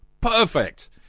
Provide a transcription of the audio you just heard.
Perfect